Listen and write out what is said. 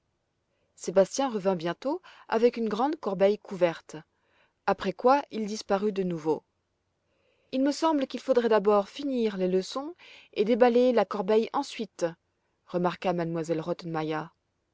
sébastien revint bientôt avec une grande corbeille couverte après quoi il disparut de nouveau il me semble qu'il faudrait d'abord finir les leçons et déballer la corbeille ensuite remarqua m